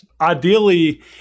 ideally